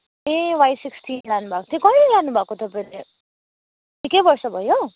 ए Y sixteen लानुभएको थियो कहिले लानुभएको तपाईँले निकै वर्ष भयो